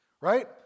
Right